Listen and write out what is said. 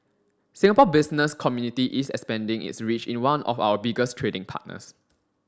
Singapore Business Community is expanding its reach in one of our biggest trading partners